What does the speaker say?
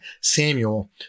Samuel